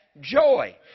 joy